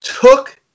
took –